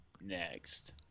next